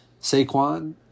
Saquon